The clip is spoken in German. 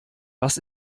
was